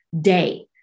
day